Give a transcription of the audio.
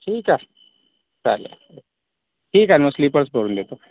ठीक आहे चालेल ठीक आहे मग स्लिपर करून देतो